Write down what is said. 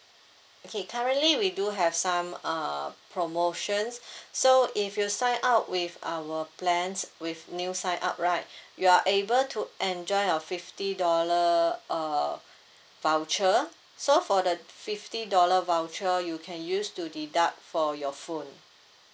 okay currently we do have some uh promotions so if you sign up with our plan with new sign up right you are able to enjoy a fifty dollar uh voucher so for the fifty dollar voucher you can use to deduct for your phone